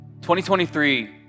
2023